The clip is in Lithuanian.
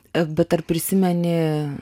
bet ar prisimeni